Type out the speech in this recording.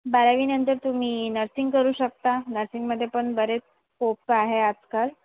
बारावीनंतर तुम्ही नर्सिंग करू शकता नर्सिंगमध्ये पण बरेच स्कोप आहे आजकाल